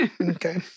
Okay